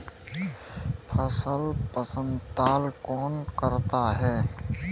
फसल पड़ताल कौन करता है?